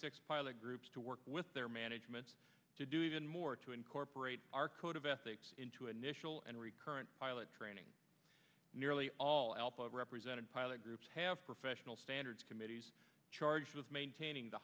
six pilot groups to work with their management to do even more to incorporate our code of ethics into initial and recurrent pilot training nearly all alpha represented pilot groups have professional standards committees charged with maintaining the